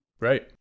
Right